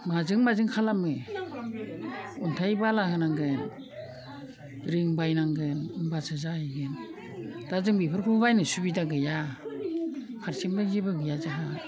माजों माजों खालामो अन्थाय बाला होनांगोन रिं बायनांगोन होमब्लासो जाहैयो दा जों बेफोरखौ बायनो सुबिदा गैया हारसिंबो जेबो गैया जोंहा